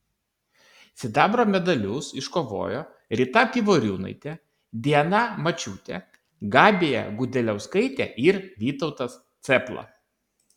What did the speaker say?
sidabro medalius iškovojo rita pivoriūnaitė diana mačiūtė gabija gudeliauskaitė ir vytautas cėpla